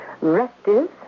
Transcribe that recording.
restive